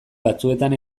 batzuetan